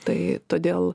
tai todėl